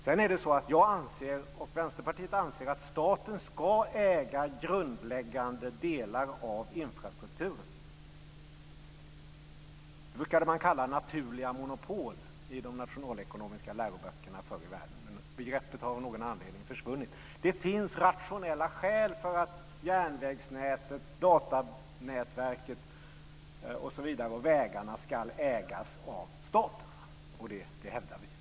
Sedan är det så att jag och Vänsterpartiet anser att staten ska äga grundläggande delar av infrastrukturen. Det brukade man kalla naturliga monopol i de nationalekonomiska läroböckerna förr i världen. Men begreppet har av någon anledning försvunnit. Det finns rationella skäl för att järnvägsnätet, datanätverket, vägarna osv. ska ägas av staten. Det hävdar vi.